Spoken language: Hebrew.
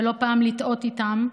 ולא פעם לטעות איתם,